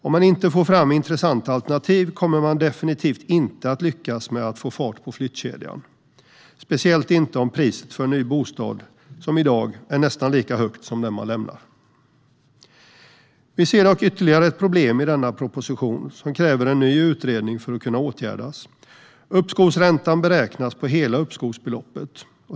Om man inte får fram intressanta alternativ kommer man definitivt inte att lyckas med att få fart på flyttkedjan, speciellt inte om priset för en ny bostad, som i dag, är nästan lika högt som priset för den man lämnar. Vi ser dock ytterligare ett problem i denna proposition som kräver en ny utredning för att kunna åtgärdas. Uppskovsräntan beräknas på hela uppskovsbeloppet.